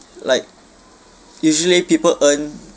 like usually people earn